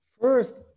First